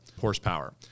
horsepower